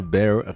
Bear